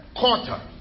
quarter